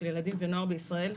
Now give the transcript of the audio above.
של ילדים ונוער בישראל,